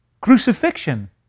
Crucifixion